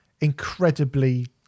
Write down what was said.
incredibly